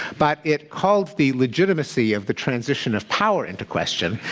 but it calls the legitimacy of the transition of power into question.